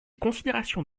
considérations